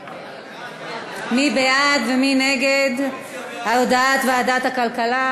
מי בעד ומי נגד הודעת ועדת הכלכלה?